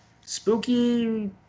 spooky